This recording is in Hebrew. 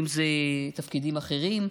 אם זה תפקידים אחרים,